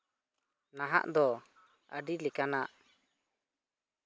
ᱱᱟᱟᱦᱜ ᱫᱚ ᱟᱹᱰᱤ ᱞᱮᱠᱟᱱᱟᱜ